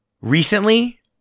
Recently